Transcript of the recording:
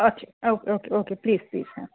আচ্ছা okay okay okay please please হ্যাঁ